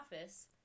office